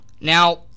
Now